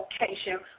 location